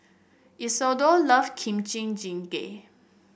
Isidor love Kimchi Jjigae